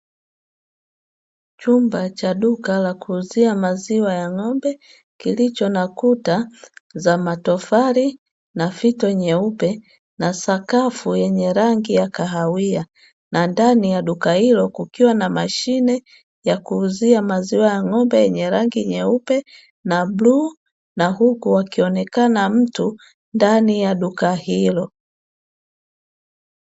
Chumba cha duka la kuuzia maziwa ya ng'ombe kilicho na kuta za matofali na fito nyeupe na sakafu yenye rangi ya kahawia, na ndani ya duka hilo kukiwa na mashine ya kuuzia maziwa ya ng'ombe yenye rangi nyeupe na bluu, na huku akionekana mtu ndani ya duka hilo.